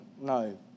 No